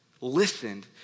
listened